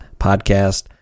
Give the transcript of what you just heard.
podcast